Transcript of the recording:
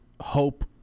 hope